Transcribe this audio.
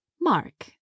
Mark